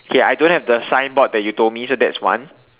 okay I don't have the sign board that you told me so that's one